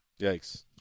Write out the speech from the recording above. Yikes